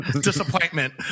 disappointment